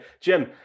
Jim